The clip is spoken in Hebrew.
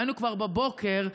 כבר בבוקר,